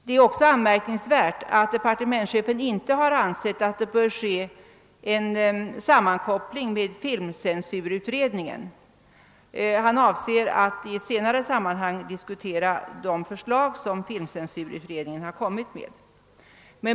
Det är också anmärkningsvärt att departementschefen inte ansett att det bör ske en sammankoppling med filmcensurutredningen. Han ämnar i ett senare sammanhang diskutera de förslag som filmcensurutredningen lagt fram.